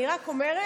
מוכן להשיב.